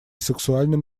сексуальным